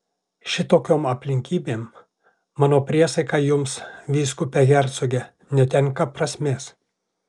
šitokiom aplinkybėm mano priesaika jums vyskupe hercoge netenka prasmės